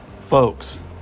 folks